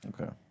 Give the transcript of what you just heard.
Okay